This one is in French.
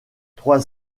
trois